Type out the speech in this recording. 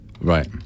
Right